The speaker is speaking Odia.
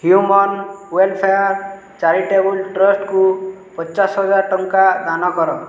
ହ୍ୟୁମାନ୍ ୱେଲଫେୟାର୍ ଚାରିଟେବଲ୍ ଟ୍ରଷ୍ଟକୁ ପଚାଶ ହଜାର ଟଙ୍କା ଦାନ କର